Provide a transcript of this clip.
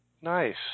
nice